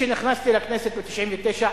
כשנכנסתי לכנסת ב-1999,